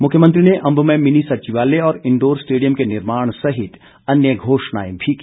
मुख्यमंत्री ने अंब मे मिनी सचिवालय और इंडोर स्टेडियम के निर्माण सहित अन्य घोषणाएं भी की